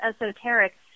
esoteric